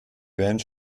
band